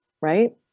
right